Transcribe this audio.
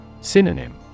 Synonym